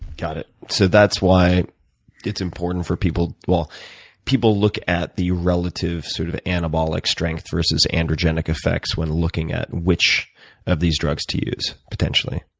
got it. so that's why it's important for people people look at the relative sort of anabolic strength versus androgenic effects when looking at which of these drugs to use potentially?